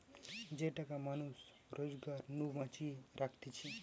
যে টাকা মানুষ রোজগার নু বাঁচিয়ে রাখতিছে